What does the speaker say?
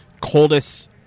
coldest